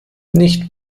nicht